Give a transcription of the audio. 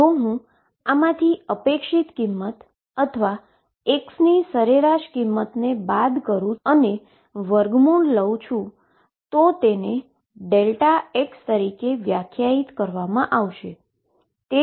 જો હું આમાંથી એક્સપેક્ટેશન વેલ્યુ અથવા x ની એવરેજ વેલ્યુને બાદ કરું અને સ્ક્વેર રૂટ લઉં તો તેને Δx તરીકે વ્યાખ્યાયિત કરવામાં આવશે